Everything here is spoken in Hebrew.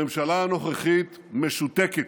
הממשלה הנוכחית משותקת.